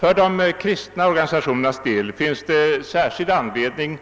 Vad de kristna organisationerna angår finns det särskild anledning